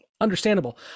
Understandable